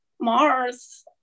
Mars